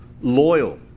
loyal